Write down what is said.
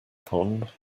pond